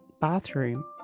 bathroom